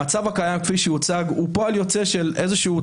המצב הקיים, כפי שהוצג, הוא פועל יוצא של תפיסות.